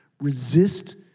Resist